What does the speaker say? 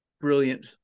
Brilliant